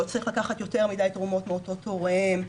לא צריך לקחת יותר מדי תרומות מאותו תורם,